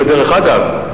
ודרך אגב,